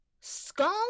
scone